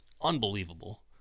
unbelievable